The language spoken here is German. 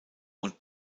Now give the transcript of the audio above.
und